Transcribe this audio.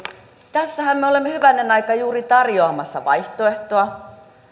tässähän me olemme hyvänen aika juuri tarjoamassa vaihtoehtoa